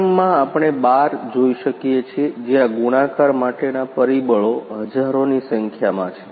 પ્રથમ માં આપણે 12 જોઈ શકીએ છીએ જ્યાં ગુણાકાર માટેના પરિબળો હજારોની સંખ્યામાં છે